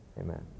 Amen